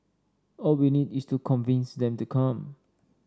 all we need is to convince them to come